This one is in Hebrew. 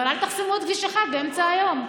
אבל אל תחסמו את כביש 1 באמצע היום.